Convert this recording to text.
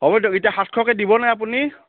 হ'ব দিয়ক এতিয়া সাতশকে দিবনে আপুনি